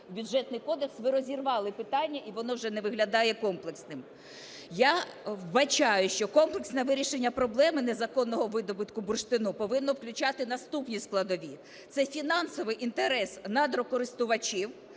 Бюджетний кодекс? Ви розірвали питання, і воно вже не виглядає комплексним. Я вбачаю, що комплексне вирішення проблеми незаконного видобутку бурштину повинно включати наступні складові: це фінансовий інтерес надрокористувачів,